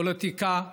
הפוליטיקה ועוד.